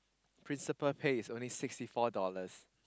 principal pay is only sixty four dollars